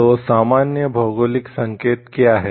तो सामान्य भौगोलिक संकेत क्या है